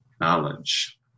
knowledge